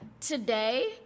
Today